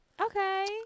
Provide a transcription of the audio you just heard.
Okay